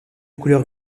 couleur